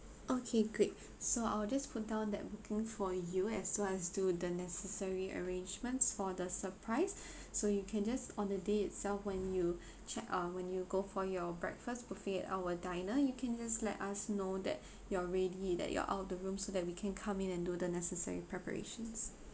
okay great so I will just put down that booking for you as well as do the necessary arrangements for the surprise so you can just on the day itself when you check uh when you go for your breakfast buffet at our diner you can just let us know that you're ready that you're out of the room so that we can come in and do the necessary preparations